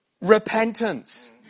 repentance